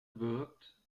wirkt